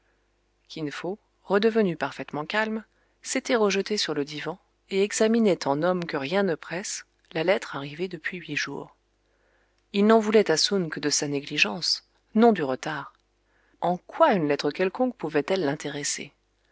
kin fo redevenu parfaitement calme s'était rejeté sur le divan et examinait en homme que rien ne presse la lettre arrivée depuis huit jours il n'en voulait à soun que de sa négligence non du retard en quoi une lettre quelconque pouvait-elle l'intéresser